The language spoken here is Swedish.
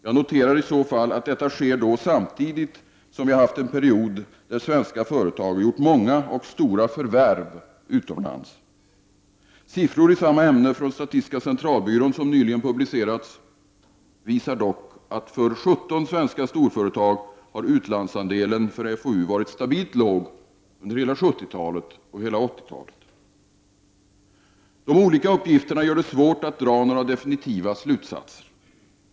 Jag noterar i så fall att detta sker samtidigt som vi haft en period där svenska företag gjort många och stora förvärv utomlands. Siffror i samma ämne från statistiska centralbyrån, som nyligen publicerats, visar dock att för 17 svenska storföretag har utlandsandelen för FoU varit stabilt låg under hela 1970 och 1980-talen. De olika uppgifterna gör det svårt att dra några definitiva slutsatser.